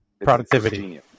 Productivity